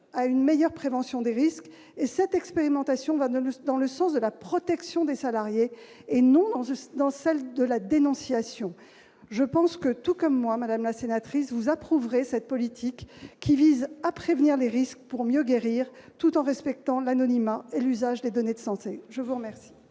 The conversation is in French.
à une meilleure prévention des risques. Cette expérimentation va dans le sens de la protection des salariés, et non dans celui de la dénonciation. Je pense que, tout comme moi, madame la sénatrice, vous approuverez cette politique, qui vise à prévenir les risques pour mieux guérir, tout en respectant l'anonymat dans l'usage des données de santé. La parole